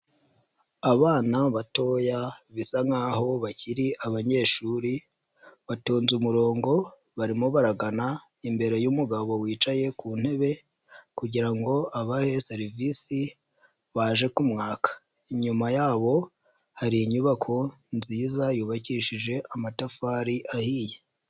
Abana batoya bisa nkaho bakiri abanyeshuri, batonze umurongo barimo baragana imbere y'umugabo wicaye ku ntebe kugira ngo abahe serivisi baje kumwaka, inyuma yabo hari inyubako nziza yubakishije amatafari ahiye.